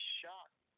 shocked